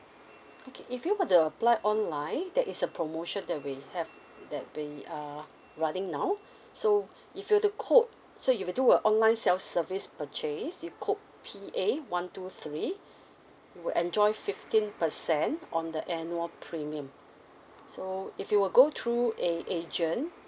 okay if you were to apply online there is a promotion that we have that we err running now so if you were to quote so if you do a online self service purchase you quote P A one two three you will enjoy fifteen percent on the annual premium so if you were go through an agent